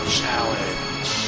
challenge